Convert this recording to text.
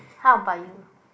how about you